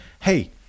Hey